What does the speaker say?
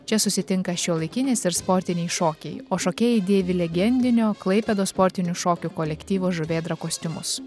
čia susitinka šiuolaikinis ir sportiniai šokiai o šokėjai dėvi legendinio klaipėdos sportinių šokių kolektyvo žuvėdra kostiumus